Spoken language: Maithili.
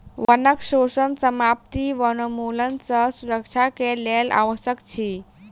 वनक शोषण समाप्ति वनोन्मूलन सँ सुरक्षा के लेल आवश्यक अछि